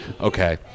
okay